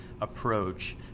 approach